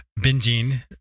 binging